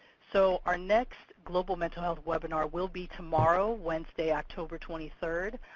so our next global mental health webinar will be tomorrow, wednesday, october twenty third,